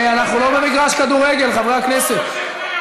אנחנו לא במגרש כדורגל, חברי הכנסת.